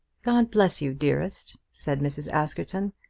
god bless you, dearest, said mrs. askerton.